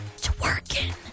Twerking